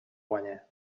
guanya